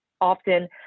often